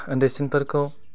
उन्दैसिनफोरखौ